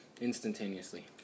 Instantaneously